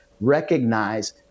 recognize